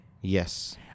Yes